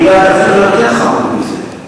אני בעד אפילו יותר חמור מזה.